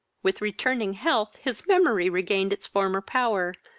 with returning health his memory regained its former power,